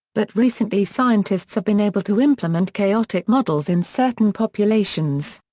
but recently scientists have been able to implement chaotic models in certain populations.